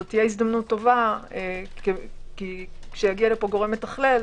זו תהיה הזדמנות טובה שיגיע לפה גורם מתכלל,